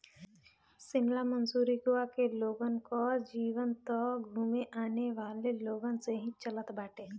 शिमला, मसूरी, गोवा के लोगन कअ जीवन तअ घूमे आवेवाला लोगन से ही चलत बाटे